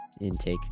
intake